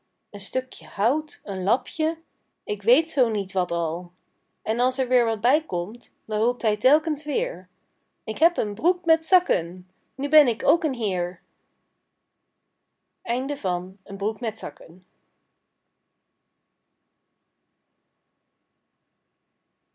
een stukje hout een lapje ik weet zoo niet wat al en als er weer wat bij komt dan roept hij telkens weer ik heb een broek met zakken nu ben ik ook een heer